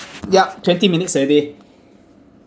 yup twenty minutes already